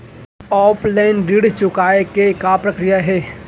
Offline ऋण चुकोय के का प्रक्रिया हे?